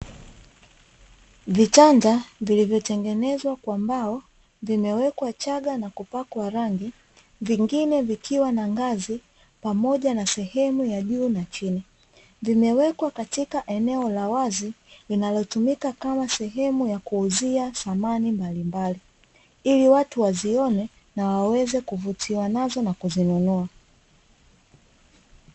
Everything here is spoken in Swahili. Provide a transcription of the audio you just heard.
Vitanda vilivyotengenezwa kwa mbao vimewekwa chaga na kupakwa rangi, vingine vikiwa na ngazi pamoja na sehemu ya juu na chini. Vimewekwa katika eneo la wazi linalotumika kama sehemu ya kuuzia samani mbalimbali; ili watu wazione na waweze kuvutiwa nazo na kuzinunua.